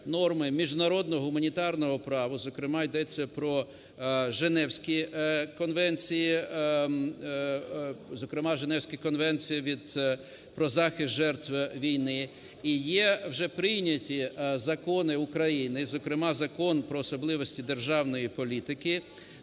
норми міжнародного гуманітарного права, зокрема йдеться про Женевські конвенції… зокрема Женевські конвенції про захист жертв війни. І є вже прийняті закони України, зокрема Закон про особливості державної політики,